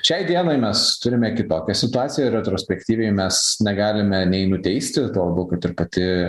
šiai dienai mes turime kitokią situaciją retrospektyviai mes negalime nei nuteisti tuo labiau kad ir pati